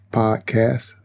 podcast